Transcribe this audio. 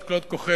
עד כלות כוחנו,